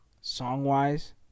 song-wise